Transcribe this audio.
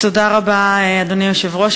תודה רבה, אדוני היושב-ראש.